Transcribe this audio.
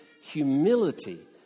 humility